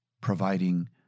providing